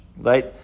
right